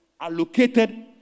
allocated